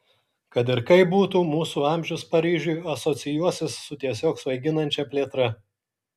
kad ir kaip būtų mūsų amžius paryžiui asocijuosis su tiesiog svaiginančia plėtra